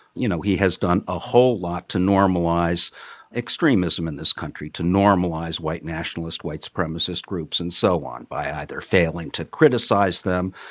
you know, he has done a whole lot to normalize extremism in this country, to normalize white nationalist, white supremacist groups and so on by either failing to criticize them,